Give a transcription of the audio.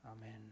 Amen